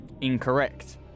incorrect